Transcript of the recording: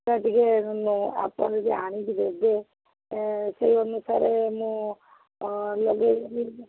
ସେଇଟା ଟିକେ ଆପଣ ଯଦି ଆଣିକି ଦେବେ ସେଇ ଅନୁସାରେ ମୁଁ ଲଗେଇଦେବି